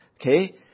Okay